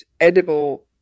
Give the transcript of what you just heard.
edible